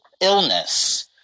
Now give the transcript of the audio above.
illness